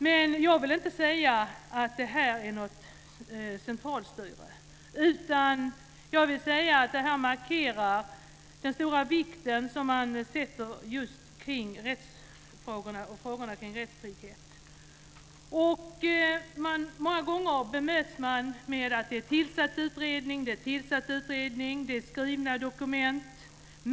Men jag vill inte säga att detta är något centralstyre, utan jag menar att detta markerar den stora vikt som man lägger just vid rättsfrågorna och frågorna kring rättstrygghet. Många gånger bemöts man med svaret att en utredning är tillsatt och att det finns skrivna dokument.